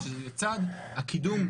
שלצד הקידום,